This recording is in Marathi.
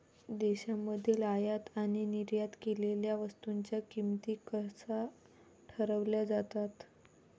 देशांमधील आयात आणि निर्यात केलेल्या वस्तूंच्या किमती कशा ठरवल्या जातात?